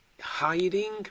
hiding